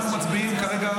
אנחנו מצביעים כרגע,